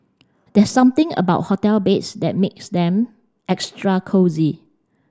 there's something about hotel beds that makes them extra cosy